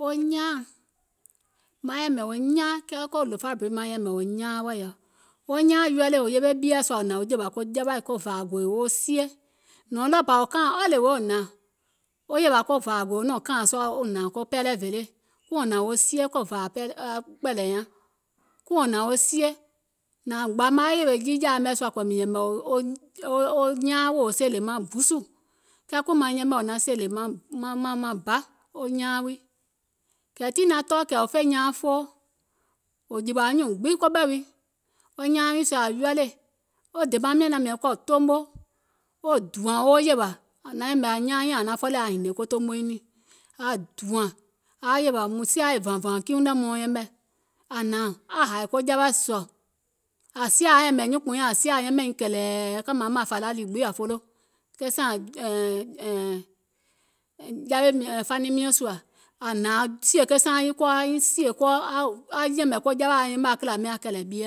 wo nyaaŋ, mìŋ naŋ yɛ̀mɛ̀ wo nyaaŋ kɛɛ ko lofà bridge maŋ yɛ̀mɛ̀ wo nyaaŋ wɛɛ̀ yɔ, wo nyaaȧŋ ready wò hnȧŋ jòwà ko jawaì ko vȧȧ gòì woo sie, nɔ̀ɔŋ ɗɔɔ bȧ wò kaȧìŋ all the way wo hnȧŋ wo yèwȧ ko vȧȧ gòì wo hnȧŋ wo nɔ̀ŋ kȧȧìŋ sùȧ wo hnȧŋ ko pɛlɛ village kuŋ wò hnȧŋ wo sie ko vȧȧ kpɛ̀ɛ̀lɛ̀ nyaŋ, kuŋ wò hnȧŋ wo sie, nȧȧŋ gbȧ maŋ wa yèwè jii jȧa mɛ̀ sùȧ kòò mìŋ yɛ̀mɛ̀ wo nyaaŋ wo sèèlè maŋ buusù kɛɛ kui maiŋ yɛmɛ̀ naŋ sèèlè maŋ buusù, kɛɛ kui maŋ yɛmɛ̀ wo sèèlè maŋ ba, wo nyaaŋ wii, kɛ̀ tii naŋ tɔɔ̀ kɛ̀ wò fè nyaaŋ foo, wò jìwà nyùùŋ gbiŋ ɓɛ̀ wii, wo nyaaŋ wii sèè ȧŋ ready, wo demaaŋ miɔ̀ŋ naŋ mɛ̀iŋ kɔ̀ toomo wo dùȧŋ woo yèwà, wò naŋ yɛ̀mɛ̀ aŋ nyaaŋ nyȧŋ naŋ fɔlèè ȧŋ yaȧ hìnìè ko toomo nyiŋ niìŋ, aŋ dùȧŋ aaŋ yèwà, mùŋ siȧ e vȧùŋ vàùŋ kiiuŋ nɛ̀ mauŋ yɛmɛ̀, ȧŋ hnȧŋ aŋ hàì ko jawaì sɔ̀ ȧŋ sia ȧŋ yaȧ yɛ̀ɛ̀mɛ̀ nyuùnkpùuŋ nyȧŋ, ȧŋ siȧ yɛmɛ̀ nyìŋ kɛ̀lɛ̀ɛ̀ kȧ mȧȧŋ mȧnsȧlaȧ lii gbiŋ